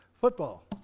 football